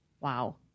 Wow